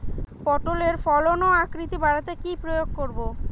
পটলের ফলন ও আকৃতি বাড়াতে কি প্রয়োগ করব?